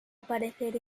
aparecer